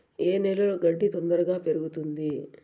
ఏ నేలలో గడ్డి తొందరగా పెరుగుతుంది